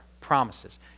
promises